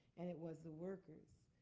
and it was the workers.